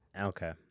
Okay